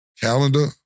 Calendar